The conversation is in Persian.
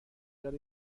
یاد